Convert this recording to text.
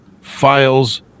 Files